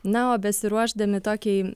na o besiruošdami tokiai